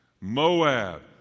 Moab